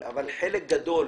אבל חלק גדול